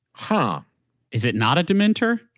huh is it not a dementor?